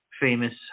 famous